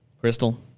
Crystal